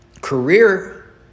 Career